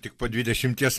tik po dvidešimties